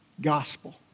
gospel